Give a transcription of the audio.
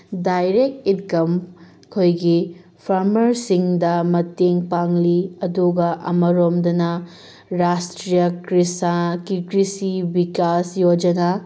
direct income ꯑꯩꯈꯣꯏꯒꯤ ꯐꯥꯔꯃꯔꯁꯤꯡꯗ ꯃꯇꯦꯡ ꯄꯥꯡꯂꯤ ꯑꯗꯨꯒ ꯑꯃꯔꯣꯝꯗꯅ ꯔꯥꯁꯇ꯭ꯔꯤꯌꯥ ꯀ꯭ꯔꯥꯁꯤ ꯚꯤꯀꯥꯁ ꯌꯣꯖꯅꯥ